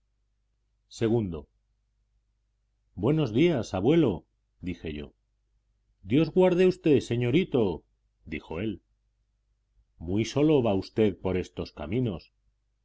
ii buenos días abuelo dije yo dios guarde a usted señorito dijo él muy solo va usted por estos caminos